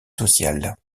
social